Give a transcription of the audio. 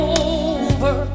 over